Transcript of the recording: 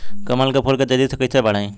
कमल के फूल के तेजी से कइसे बढ़ाई?